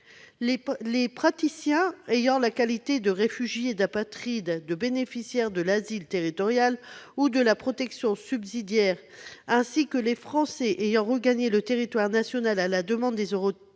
Les praticiens ayant la qualité de réfugié, d'apatride, de bénéficiaire de l'asile territorial ou de la protection subsidiaire, ainsi que les Français ayant regagné le territoire national à la demande des autorités